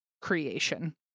creation